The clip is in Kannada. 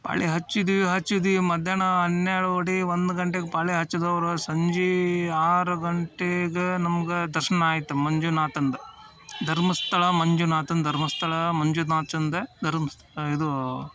ಪಾಳಿ ಹಚ್ಚಿದಿವಿ ಹಚ್ಚಿದಿವಿ ಮಧ್ಯಾಹ್ನ ಹನ್ನೆರಡು ವಡಿ ಒಂದು ಗಂಟೆಗೆ ಪಾಳಿ ಹಚ್ಚಿದವ್ರ್ ಸಂಜೆ ಆರು ಗಂಟೆಗೆ ನಮ್ಗೆ ದರ್ಶನ ಆಯ್ತು ಮಂಜುನಾಥಂದು ಧರ್ಮಸ್ಥಳ ಮಂಜುನಾಥನ ಧರ್ಮಸ್ಥಳ ಮಂಜುನಾಥಂದು ದರ್ಮಸ್ತ್ ಇದು